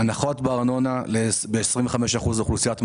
הנחות בארנונה של 25% לאוכלוסיית המפקדים,